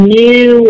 new